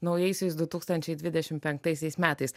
naujaisiais du tūkstančiai dvidešim penktaisiais metais